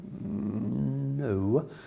No